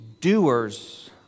doers